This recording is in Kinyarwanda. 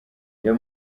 reba